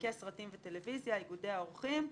מפיקי סרטים וטלוויזיה, איגודי העורכים,